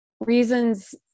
reasons